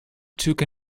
took